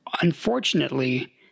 Unfortunately